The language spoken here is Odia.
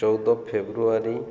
ଚଉଦ ଫେବୃଆରୀ